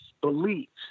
beliefs